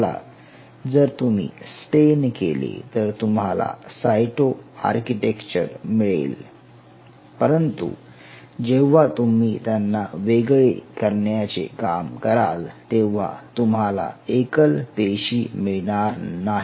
याला जर तुम्ही स्टेन केले तर तुम्हाला सायटो आर्किटेक्चर मिळेल परंतु जेव्हा तुम्ही त्यांना वेगळी करण्याचे काम कराल तेव्हा तुम्हाला एकल पेशी मिळणार नाही